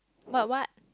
what what